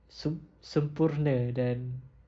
sem~ sempurna dan